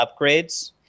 upgrades